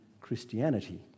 Christianity